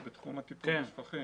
בתקנון יש דרישה לחמש בדיקות,